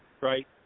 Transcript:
Right